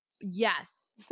yes